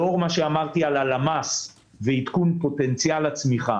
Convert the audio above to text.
לאור מה שאמרתי על הלמ"ס ועדכון פוטנציאל הצמיחה,